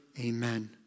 Amen